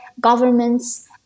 governments